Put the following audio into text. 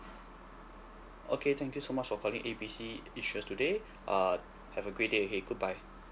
okay thank you so much for calling A B C insurance today uh have a great day ahead goodbye